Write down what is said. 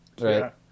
right